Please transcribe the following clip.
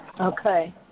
Okay